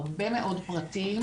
הרבה מאוד פרטים,